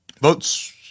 votes